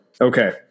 Okay